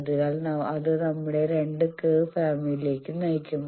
അതിനാൽ അത് നമ്മളെ രണ്ട് കർവ് ഫാമിലിയിലേക്ക് നയിക്കും